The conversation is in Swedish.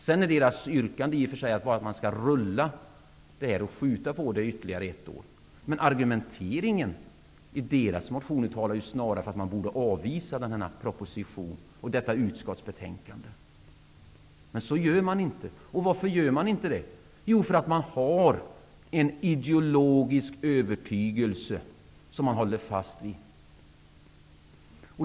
Sedan är deras yrkanden i och för sig att man skall skjuta på förslaget ytterligare ett år. Men deras argumentation talar ju snarare för att man borde avvisa denna proposition och detta utskottsbetänkande. Så gör man dock inte, och varför inte? Jo, för att man har en ideologisk övertygelse som man håller fast vid.